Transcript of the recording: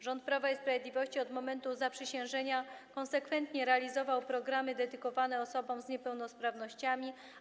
Rząd Prawa i Sprawiedliwości od momentu zaprzysiężenia konsekwentnie realizował programy dedykowane osobom z niepełnosprawnościami.